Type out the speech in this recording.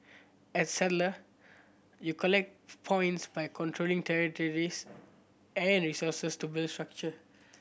as settler you collect points by controlling territories and resources to build structure